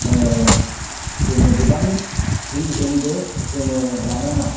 जोङो गोबां जि जोमबो जोङो लानाङा